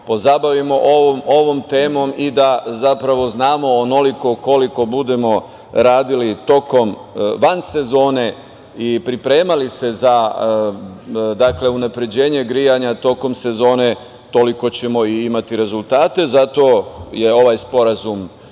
pozabavimo ovom temom i da znamo da onoliko koliko budemo radili van sezone i pripremali se za unapređenje grejanja tokom sezone, toliko ćemo imati rezultate. Zato je ovaj sporazum